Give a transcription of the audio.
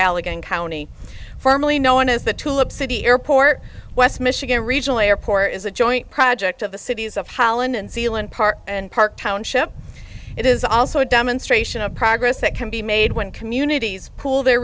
allegheny county formally known as the tulip city airport west michigan regional airport is a joint project of the cities of holland and zealand park and park township it is also a demonstration of progress that can be made when communities pooled their